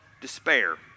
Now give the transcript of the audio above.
despair